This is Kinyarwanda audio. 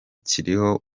kiriho